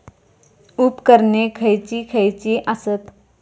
उपकरणे खैयची खैयची आसत?